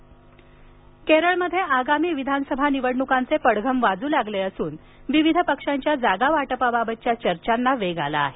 केरळ केरळमध्ये आगामी विधानसभा निवडणुकांचे पडघम वाजू लागले असून विविध पक्षांच्या जागावाटपाबाबतच्या चर्चांना वेग आला आहे